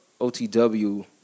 OTW